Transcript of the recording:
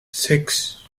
six